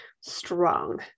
strong